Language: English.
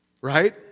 right